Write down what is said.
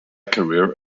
career